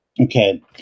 Okay